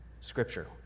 scripture